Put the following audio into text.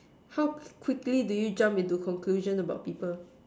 how quickly do you jump into conclusion about people